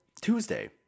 Tuesday